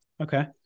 Okay